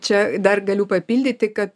čia dar galiu papildyti kad